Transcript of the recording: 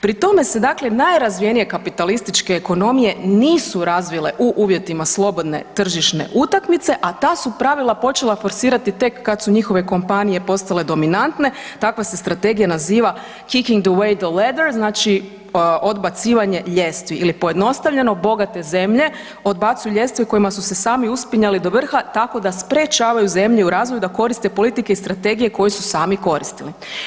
Pri tome se dakle, najrazvijenije kapitalističke ekonomije nisu razvile u uvjetima slobodne tržišne utakmice, a ta su pravila počela forsirati tek kad su njihove kompanije postale dominantne, takva se strategija naziva „kicking away the ladder“, znači, odbacivanje ljestvi ili pojednostavljeno, bogate zemlje odbacuju ljestve kojima su se sami uspinjali do vrha tako da sprečavaju zemlje u razvoju da koriste politike i strategije koje su sami koristili.